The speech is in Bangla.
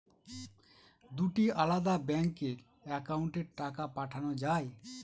দুটি আলাদা ব্যাংকে অ্যাকাউন্টের টাকা পাঠানো য়ায়?